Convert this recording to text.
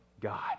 God